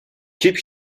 keep